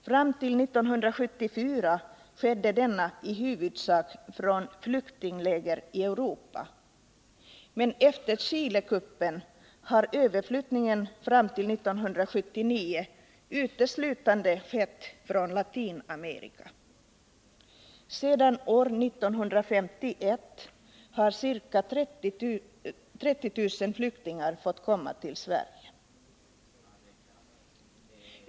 Fram till 1974 skedde denna i huvudsak från flyktingläger i Europa, men efter Chilekuppen och fram till 1979 har överflyttningen uteslutande skett från Latinamerika. Sedan år 1951 har ca 30 000 flyktingar fått komma till Sverige.